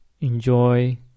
enjoy